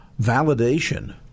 validation